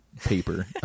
paper